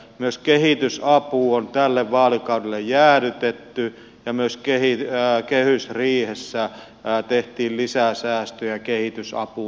myös kehitysapu on tälle vaalikaudelle jäädytetty ja myös kehysriihessä tehtiin lisää säästöjä kehitysapuun